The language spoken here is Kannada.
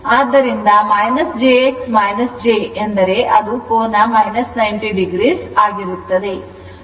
ಆದ್ದರಿಂದ j x j ಎಂದರೆ ಅದು ಕೋನ - 90o ಆಗಿರುತ್ತದೆ